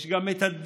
יש גם הדרך.